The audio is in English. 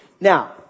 Now